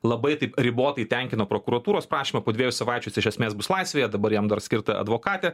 labai taip ribotai tenkino prokuratūros prašymą po dviejų savaičių jis iš esmės bus laisvėje dabar jam dar skirta advokatė